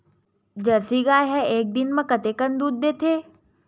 Jersey गाय ह एक दिन म कतेकन दूध देथे?